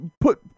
put